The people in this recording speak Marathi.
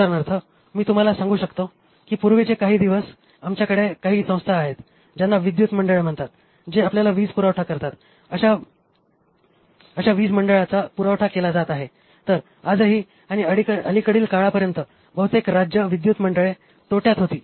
उदाहरणार्थ मी तुम्हाला सांगू शकतो की पूर्वीचे काही दिवस आमच्याकडे काही संस्था आहेत ज्यांना विद्युत मंडळे म्हणतात जे आपल्याला वीजपुरवठा करतात अशा वीज मंडळाचा पुरवठा केला जात आहे तर आजही आणि अलीकडील काळापर्यंत बहुतेक राज्य विद्युत मंडळे तोट्यात होती